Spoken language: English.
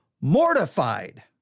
mortified